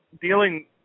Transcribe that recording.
dealing